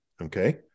okay